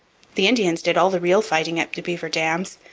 the indians did all the real fighting at the beaver dams.